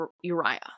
Uriah